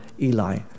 Eli